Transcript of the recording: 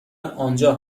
آنجا